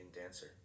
dancer